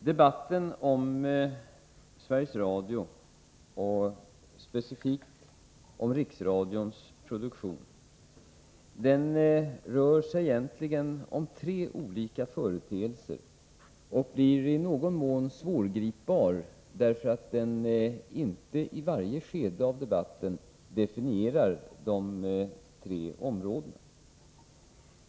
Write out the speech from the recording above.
Debatten om Sveriges Radio, och specifikt om Riksradions produktion, rör sig egentligen om tre olika företeelser och blir i någon mån svårgripbar därför att man inte i varje skede av debatten definierar de tre områdena.